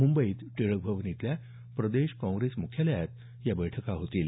मुंबईत टिळक भवन इथल्या प्रदेश काँग्रेस मुख्यालयात या बैठका होतील